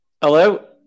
hello